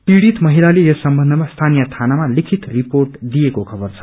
पीड़ित महिलाले यस सम्बन्धमा स्थानीय थानामा लिखित रिपोेट दिएको खबर छ